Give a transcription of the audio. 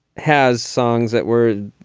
has songs that were.